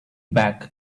back